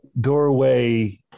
doorway